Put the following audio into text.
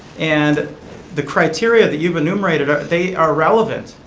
and the criteria that you've enumerated, they are relevant,